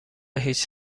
هیچ